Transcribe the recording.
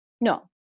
No